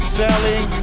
selling